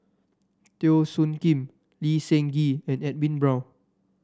Teo Soon Kim Lee Seng Gee and Edwin Brown